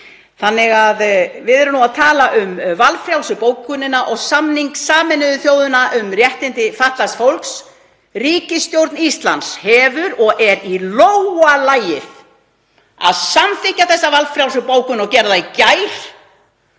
Við erum að tala um valfrjálsu bókunina og samning Sameinuðu þjóðanna um réttindi fatlaðs fólks. Ríkisstjórn Íslands er í lófa lagið að samþykkja þessa valfrjálsu bókun, gera það í gær